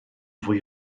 fwy